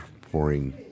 pouring